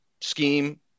scheme